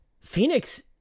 Phoenix